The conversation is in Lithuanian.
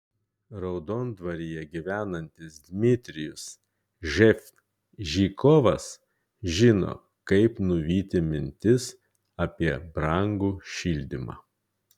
raudondvaryje gyvenantis dmitrijus ževžikovas žino kaip nuvyti mintis apie brangų šildymą